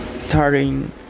starting